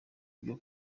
byo